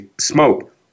smoke